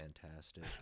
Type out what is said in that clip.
fantastic